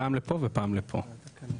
פעם לפה ופעם לפה.